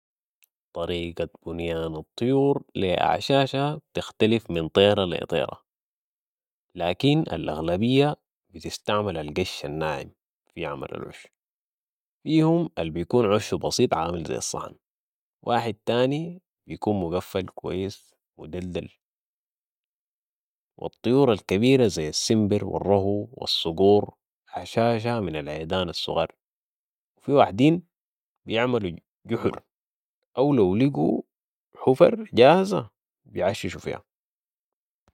طريقة بنيان الطيور لي اعشاشا بتختلف من طيرة لي طيرة. لاكين الأغلبية بتستعمل القش الناعم في عمل العش. فيهم البيكون عشو بسيط عامل زي الصحن واحد تاني بيكون مقفل كويس ومدلدل و الطيور الكبيرة ذي السمبر و الرهو و الصقور أعشاشها من العيدان الصغار و في واحدين بيعملو جحر أو لو لقو حفر جاهزة بيعششو فيا